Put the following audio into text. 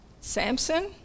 Samson